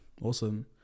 Awesome